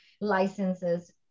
licenses